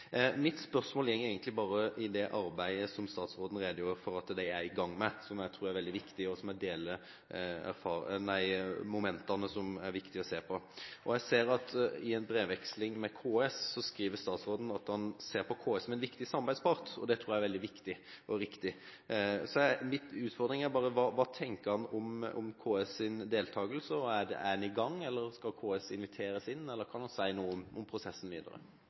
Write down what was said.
Mitt spørsmål går egentlig bare på det arbeidet som statsråden redegjorde for at de er i gang med, som jeg tror er veldig viktig, og jeg deler de momentene som det er viktig å se på. Jeg ser at i en brevveksling med KS skriver statsråden at han ser på KS som en viktig samarbeidspart, og det tror jeg er veldig viktig og riktig. Så min utfordring er bare: Hva tenker statsråden om KS’ deltakelse? Er han i gang, skal KS inviteres inn, eller kan han si noe om prosessen videre?